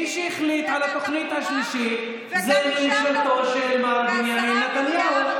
מי שהחליט על התוכנית השלישית זה ממשלתו של מר בנימין נתניהו,